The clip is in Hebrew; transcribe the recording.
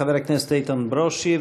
חבל הכנסת איתן ברושי.